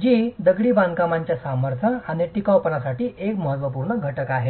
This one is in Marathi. जी दगडी बांधकामच्या सामर्थ्य आणि टिकाऊपणासाठी एक महत्त्वपूर्ण घटक आहे